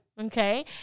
Okay